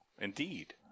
Indeed